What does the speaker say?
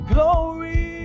Glory